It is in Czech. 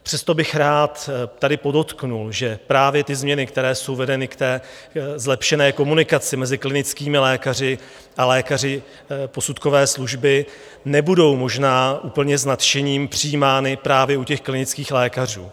Přesto bych rád tady podotkl, že právě ty změny, které jsou vedeny k té zlepšené komunikaci mezi klinickými lékaři a lékaři posudkové služby, nebudou možná úplně s nadšením přijímány právě u těch klinických lékařů.